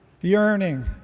yearning